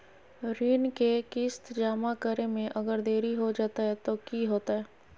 ऋण के किस्त जमा करे में अगर देरी हो जैतै तो कि होतैय?